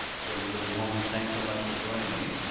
jennielynn homes, thanks so much for joining me.